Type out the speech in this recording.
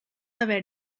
haver